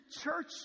church